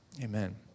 Amen